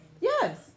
Yes